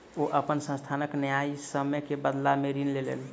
ओ अपन संस्थानक न्यायसम्य के बदला में ऋण लेलैन